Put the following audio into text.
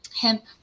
hemp